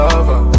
Lover